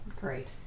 Great